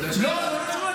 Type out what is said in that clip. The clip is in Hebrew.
אתה יודע שאני, לא, חביב.